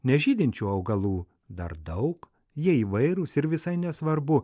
nes žydinčių augalų dar daug jie įvairūs ir visai nesvarbu